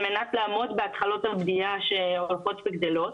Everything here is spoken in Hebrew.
על מנת לעמוד בדרישות הבנייה שהולכות ועולות.